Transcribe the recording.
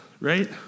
right